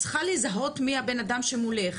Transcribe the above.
את צריכה לזהות מי הבן אדם שמולך.